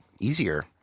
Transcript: easier